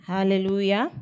Hallelujah